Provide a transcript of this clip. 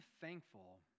thankful